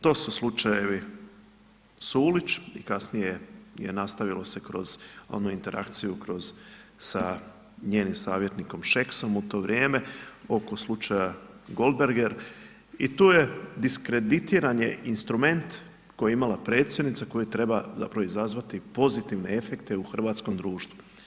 To su slučajevi Sulić i kasnije je nastavilo se kroz onu interakciju kroz sa njenim savjetnikom Šeksom u to vrijeme oko slučaja Goldberger i tu je diskreditiran je instrument koji je imala predsjednica koji treba zapravo izazvati pozitivne efekte u hrvatskom društvu.